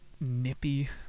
nippy